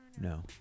No